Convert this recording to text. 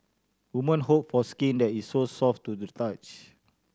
woman hope for skin that is so soft to the touch